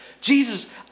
Jesus